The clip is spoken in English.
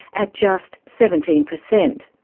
at just seventeen percent.